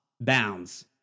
bounds